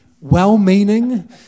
well-meaning